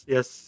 Yes